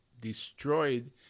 destroyed